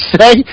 say